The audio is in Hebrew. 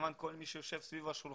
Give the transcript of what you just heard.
מבינים זאת כל מי שיושב סביב השולחן,